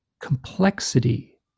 complexity